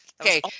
okay